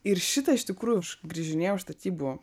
ir šitą iš tikrųjų aš grįžinėjau iš statybų